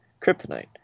Kryptonite